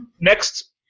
Next